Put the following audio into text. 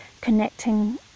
connecting